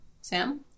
Sam